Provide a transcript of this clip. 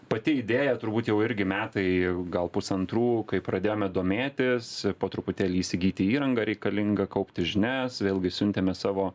pati idėja turbūt jau irgi metai gal pusantrų kai pradėjome domėtis po truputėlį įsigyti įrangą reikalingą kaupti žinias vėlgi siuntėme savo